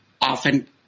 often